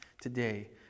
today